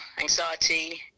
anxiety